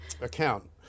account